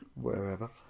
Wherever